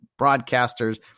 broadcasters